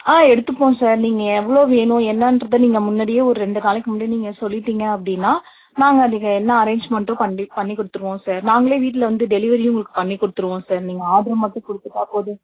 ஆ எடுத்துப்போம் சார் நீங்கள் எவ்வளோ வேணும் என்னன்றத நீங்கள் முன்னாடியே ஒரு ரெண்டு நாளைக்கு முன்னாடி சொல்லிட்டீங்க அப்படின்னா நாங்கள் அதுக்கு என்ன அரேஞ்ச்மெண்டோ பண்ணி பண்ணி கொடுத்துடுவோம் சார் நாங்களே வீட்டில் வந்து டெலிவரியும் உங்களுக்கு பண்ணி கொடுத்துடுவோம் சார் நீங்க ஆடர் மட்டும் கொடுத்துட்டா போதும்